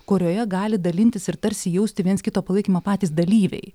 kurioje gali dalintis ir tarsi jausti viens kito palaikymą patys dalyviai